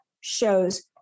shows